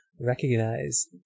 recognize